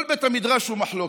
כל בית המדרש הוא מחלוקת.